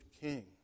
king